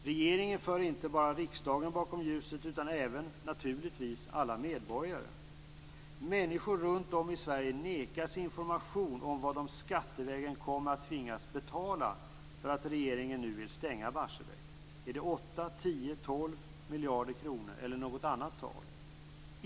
Regeringen för inte bara riksdagen bakom ljuset utan även, naturligtvis, alla medborgare. Människor runt om i Sverige nekas information om vad de skattevägen kommer att tvingas betala för att regeringen nu vill stänga Barsebäck. Är det 8, 10 eller 12 miljarder kronor eller något annat tal?